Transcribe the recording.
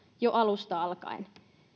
jo alusta alkaen